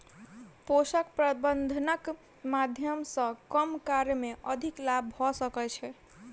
पोषक प्रबंधनक माध्यम सॅ कम कार्य मे अधिक लाभ भ सकै छै